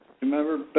Remember